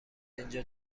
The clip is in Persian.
اینجا